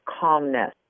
calmness